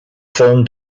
film